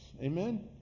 Amen